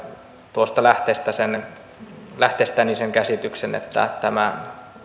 tuosta lähteestäni sen käsityksen että tämä